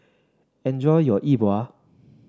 enjoy your Yi Bua